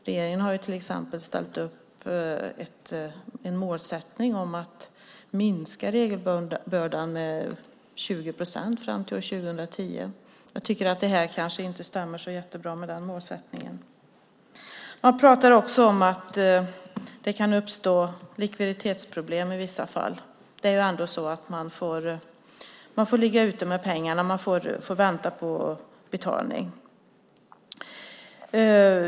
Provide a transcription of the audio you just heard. Regeringen har till exempel ställt upp en målsättning att minska regelbördan för företagen med 20 procent fram till år 2010. Det här kanske inte stämmer så jättebra med den målsättningen. Man talar också om att det kan uppstå likviditetsproblem i vissa fall. Man får ligga ute med pengarna och vänta på betalning.